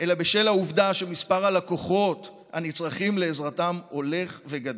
אלא בשל העובדה שמספר הלקוחות הנצרכים לעזרתם הולך וגדל.